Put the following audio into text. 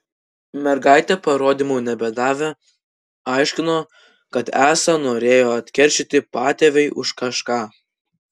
mergaitė parodymų nebedavė aiškino kad esą norėjo atkeršyti patėviui už kažką